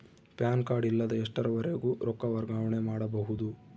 PAN card ಇಲ್ಲದ ಎಷ್ಟರವರೆಗೂ ರೊಕ್ಕ ವರ್ಗಾವಣೆ ಮಾಡಬಹುದು?